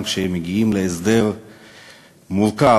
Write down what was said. גם כשמגיעים להסדר מורכב,